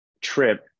trip